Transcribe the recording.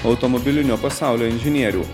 automobilinio pasaulio inžinierių